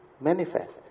manifest